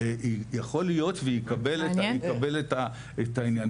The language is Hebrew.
יכול להיות ויקבל את העניין.